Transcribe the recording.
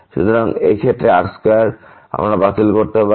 সুতরাং এই ক্ষেত্রে এই r2 আমরা বাতিল করতে পারি